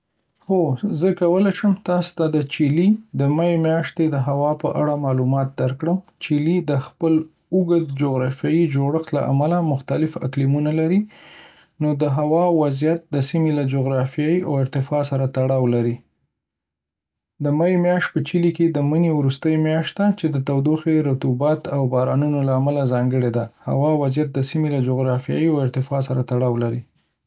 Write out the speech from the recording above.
هو، زه کولی شم تاسو ته د چیلي د می میاشتې د هوا په اړه معلومات درکړم. چیلي د خپل اوږد جغرافیایي جوړښت له امله مختلف اقلیمونه لري، نو د هوا وضعیت د سیمې له جغرافیې او ارتفاع سره تړاو لري. د می میاشت په چیلي کې د مني وروستۍ میاشت ده، چې د تودوخې، رطوبت، او بارانونو له امله ځانګړې ده. د هوا وضعیت د سیمې له جغرافیې او ارتفاع سره تړاو لري.